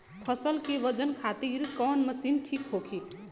फसल के वजन खातिर कवन मशीन ठीक होखि?